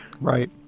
Right